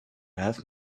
have